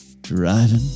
driving